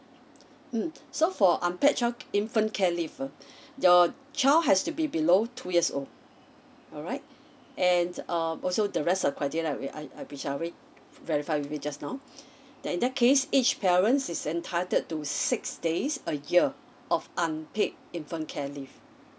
mm so for unpaid child infant care leave ah your child has to be below two years old alright and um also the rest are that way I I be shall re~ verify with you just now then in that case each parents is entitled to six days a year of unpaid infant care leave